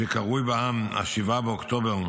שקרוי בעם 7 באוקטובר